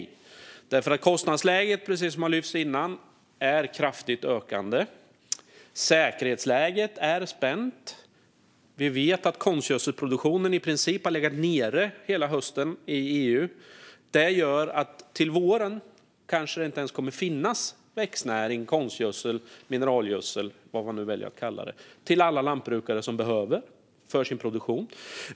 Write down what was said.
Kostnadsläget är kraftigt ökande, precis som lyftes fram tidigare. Säkerhetsläget är spänt. Vi vet att konstgödselproduktionen i princip har legat nere hela hösten i EU. Det gör att det till våren kanske inte ens kommer att finnas växtnäring, konstgödsel, mineralgödsel eller vad man nu väljer att kalla det till alla lantbrukare som behöver det för sin produktion.